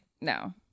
no